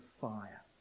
fire